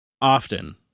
often